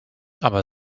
aber